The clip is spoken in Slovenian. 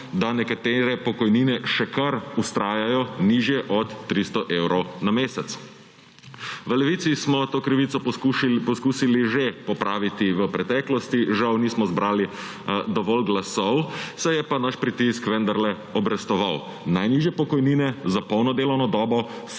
da nekatere pokojnine še kar vztrajajo nižje od 300 evrov na mesec. V Levici smo to krivico poskusili že popraviti v preteklosti. Žal nismo zbrali dovolj glasov, se je pa naš pritisk vendarle obrestoval. Najnižje pokojnine za polno delovno dobo